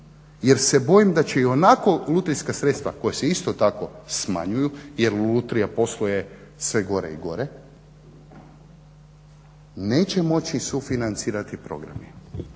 jer se bojim da će ionako lutrijska sredstva koja se isto tako smanjuju jer lutrija posluje sve gore i gore neće moći sufinancirati programi